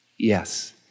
Yes